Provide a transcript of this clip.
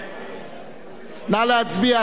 נא להצביע, השר בגין.